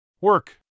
Work